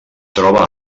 troba